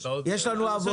יש לנו עבודה.